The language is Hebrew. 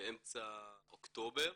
באמצע אוקטובר